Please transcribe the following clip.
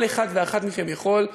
כל אחד ואחת מכם יכול.